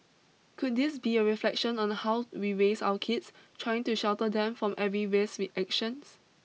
could this be a reflection on the how we raise our kids trying to shelter them from every risk reaction